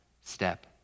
step